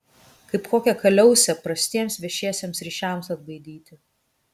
kaip kokią kaliausę prastiems viešiesiems ryšiams atbaidyti